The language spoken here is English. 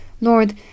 Lord